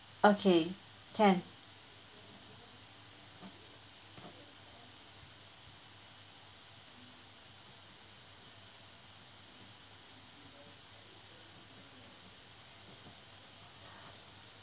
okay can